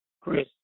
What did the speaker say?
Chris